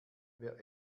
wer